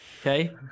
Okay